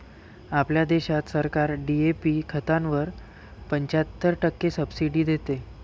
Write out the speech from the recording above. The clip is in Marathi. आपल्या देशात सरकार डी.ए.पी खतावर पंच्याहत्तर टक्के सब्सिडी देते